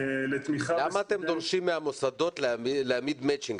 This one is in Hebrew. למה אתם דורשים מהמוסדות להעמיד מצ'ינג,